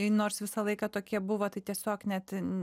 nors visą laiką tokie buvo tai tiesiog net